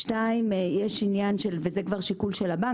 2. זה כבר שיקול של הבנק